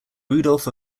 rudolph